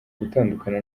gutandukana